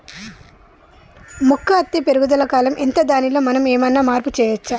మొక్క అత్తే పెరుగుదల కాలం ఎంత దానిలో మనం ఏమన్నా మార్పు చేయచ్చా?